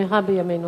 במהרה בימינו.